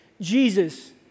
Jesus